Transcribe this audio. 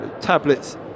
Tablets